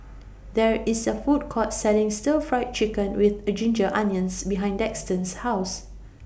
There IS A Food Court Selling Stir Fried Chicken with A Ginger Onions behind Daxton's House